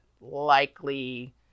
likely